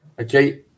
Okay